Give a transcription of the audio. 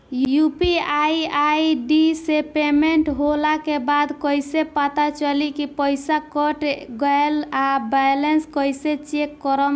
UPI ID से payment होला के बाद कइसे पता चली की पईसा कट गएल आ बैलेंस कइसे चेक करम?